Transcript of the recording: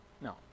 No